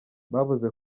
bavuze